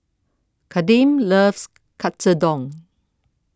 Kadeem loves Katsudon